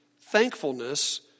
Thankfulness